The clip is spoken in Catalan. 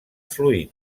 fluid